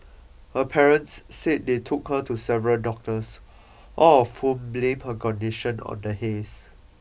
her parents said they took her to several doctors all of whom blamed her condition on the haze